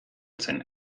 zen